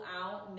out